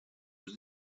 was